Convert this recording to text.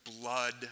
blood